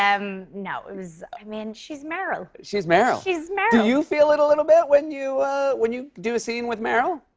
um no, it was i mean, she's meryl. she's meryl. she's meryl! do you feel it a little bit when you when you do a scene with meryl?